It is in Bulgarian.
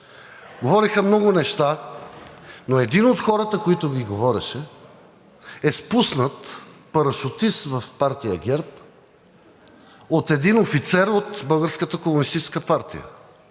говореха много неща, но един от хората, които ги говореше, е спуснат парашутист в партия ГЕРБ от един офицер от